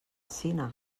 cine